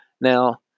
Now